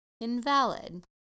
invalid